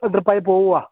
drip ആയി പോകുവാണ്